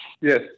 Yes